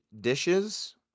dishes